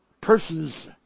persons